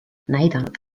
näidanud